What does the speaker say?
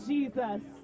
Jesus